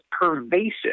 pervasive